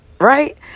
Right